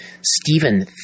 Stephen